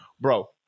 bro